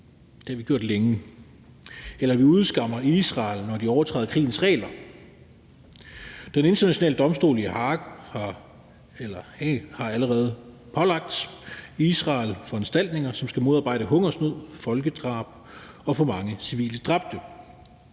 det har vi gjort længe – eller at vi udskammer Israel, når de overtræder krigens regler. Den Internationale Domstol i Haag har allerede pålagt Israel foranstaltninger, som skal modarbejde hungersnød, folkedrab og for mange civile dræbte.